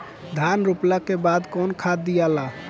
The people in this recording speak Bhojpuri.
धान रोपला के बाद कौन खाद दियाला?